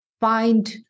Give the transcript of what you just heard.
find